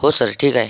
हो सर ठीक आहे